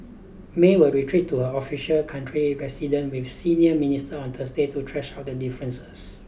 May will retreat to her official country residence with senior ministers on Thursday to thrash out their differences